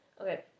Okay